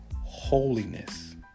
holiness